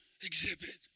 exhibit